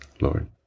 Lord